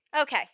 Okay